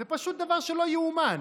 זה פשוט דבר לא יאומן.